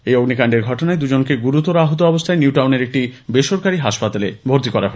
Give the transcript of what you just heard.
এই অগ্নিকান্ডের ঘটনায় দুজনকে গুরুতর আহত অবস্থায় নিউটাউনের একটি বেসরকারি হাসপাতালে ভর্তি করা হয়েছে